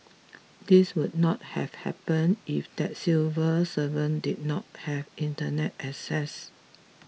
this would not have happened if that civil servant did not have Internet access